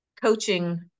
Coaching